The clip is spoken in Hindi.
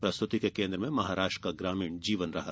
प्रस्तुति के केन्द्र में महाराष्ट्र का ग्रामीण जीवन रहा